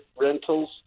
rentals